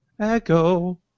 Echo